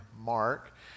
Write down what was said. Mark